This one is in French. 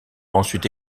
ensuite